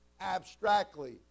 abstractly